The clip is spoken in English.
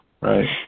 right